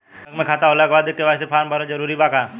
Bank में खाता होला के बाद भी के.वाइ.सी फार्म भरल जरूरी बा का?